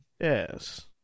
Yes